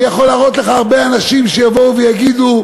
אני יכול להראות לך הרבה אנשים שיבואו ויגידו: